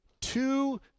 two